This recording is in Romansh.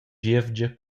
gievgia